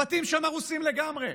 הבתים שם הרוסים לגמרי.